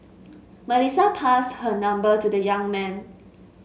Melissa passed her number to the young man